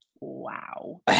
wow